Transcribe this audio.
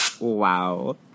Wow